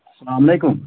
السلام علیکم